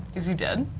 is he dead?